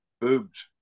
Boobs